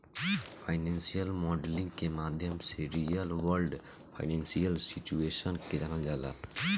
financial modelling के माध्यम से रियल वर्ल्ड फाइनेंशियल सिचुएशन के जानल जाला